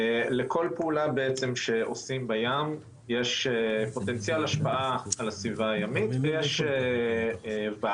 לכל פעולה שעושים בים יש פוטנציאל השפעה על הסביבה הימית ויש ועדה,